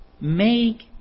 Make